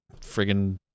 friggin